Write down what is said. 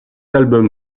album